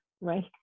right